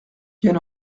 bien